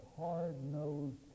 hard-nosed